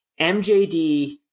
MJD